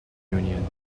union